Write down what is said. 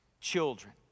children